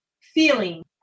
feeling